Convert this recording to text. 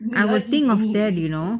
I would think of that you know